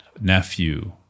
nephew